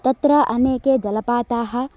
तत्र अनेके जलपाताः